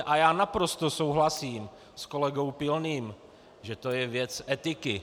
A já naprosto souhlasím s kolegou Pilným, že to je věc etiky.